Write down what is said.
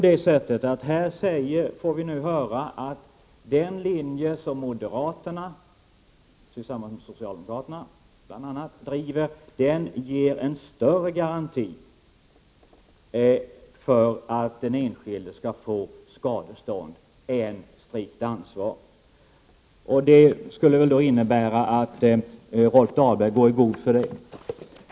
Det sägs nu här att den linje som moderaterna, tillsammans med bl.a. socialdemokraterna, driver ger en större garanti än det strikta ansvaret för att den enskilde skall få skadestånd. Det innebär väl att Rolf Dahlberg går i god för det.